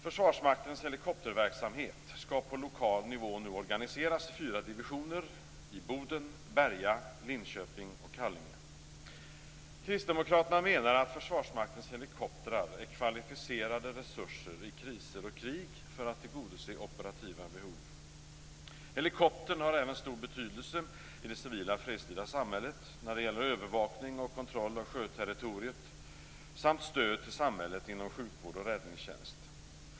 Försvarsmaktens helikopterverksamhet skall på lokal nivå organiseras i fyra divisioner i Kristdemokraterna menar att Försvarsmaktens helikoptrar är kvalificerade resurser i kriser och krig för att tillgodose operativa behov. Helikoptern har även stor betydelse i det civila fredstida samhället när det gäller övervakning och kontroll av sjöterritoriet samt stöd till samhället inom sjukvård och räddningstjänst.